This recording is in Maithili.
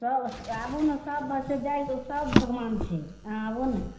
सब आबू ने सब सब भगबान छै अहाँ आबू ने